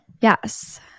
Yes